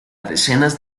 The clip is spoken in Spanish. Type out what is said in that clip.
decenas